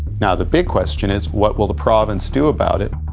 now the big question is, what will the province do about it?